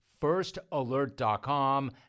firstalert.com